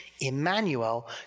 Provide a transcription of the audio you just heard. Emmanuel